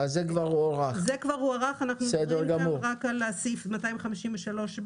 עכשיו אנחנו מדברים רק על סעיף 253(ב),